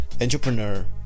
entrepreneur